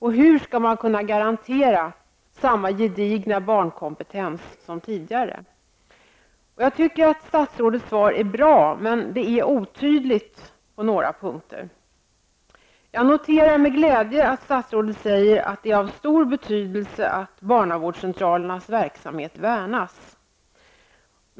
Hur skall man kunna garantera samma gedigna barnkompetens som tidigare? Jag tycker att statsrådets svar är bra, men det är otydligt på några punkter. Jag noterar med glädje att statsrådet säger att det är av stor betydelse att barnavårdscentralernas verksamhet värnas.